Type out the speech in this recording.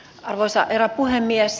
arvoisa herra puhemies